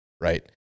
right